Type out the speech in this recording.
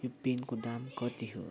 यो पेनको दाम कति हो